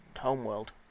homeworld